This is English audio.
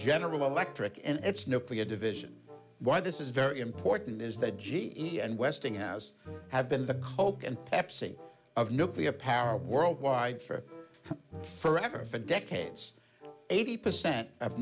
general electric and its nuclear division why this is very important is that g e and westinghouse have been the coke and pepsi of nuclear power worldwide for for ever for decades eighty percent of